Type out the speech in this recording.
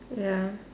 ya